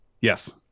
Yes